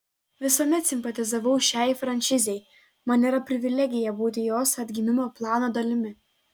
visuomet simpatizavau šiai franšizei man yra privilegija būti jos atgimimo plano dalimi